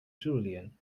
julian